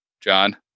John